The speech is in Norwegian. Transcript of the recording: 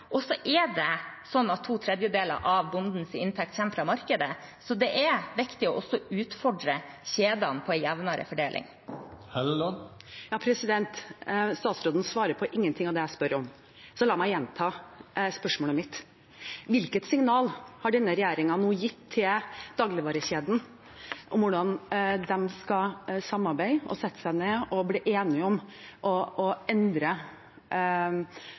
To tredjedeler av bondens inntekt kommer fra markedet, så det er viktig også å utfordre kjedene på en jevnere fordeling. Det blir oppfølgingsspørsmål – Linda Hofstad Helleland. Statsråden svarer ikke på noe av det jeg spør om, så la meg gjenta spørsmålet mitt: Hvilket signal har denne regjeringen nå gitt til dagligvarekjedene om hvordan de skal samarbeide og sette seg ned og bli enige om å endre